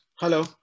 Hello